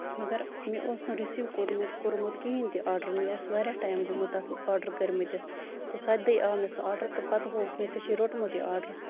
مَگر مےٚ اوس نہٕ رٔسیٖو کوٚرمُت کوٚرمُت کِہیٖنۍ تہِ آرڈر مےٚ اوس واریاہ ٹایم گوٚمُت تَتھ آرڈر کٔرمٔتِس تہٕ سَتہِ دۄہہِ آو مےٚ سُہ آرڈر تہٕ پَتہٕ ہووُکھ مےٚ زِ ژےٚ چھُے روٚٹمُت یہِ آرڈر